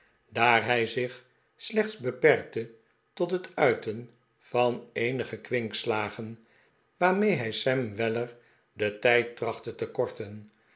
daar hij zich slechts beperkte tot het uiten van eenige kwinkslagen waarmee hij sam weller den tijd trachtte te korten